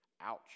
ouch